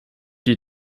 die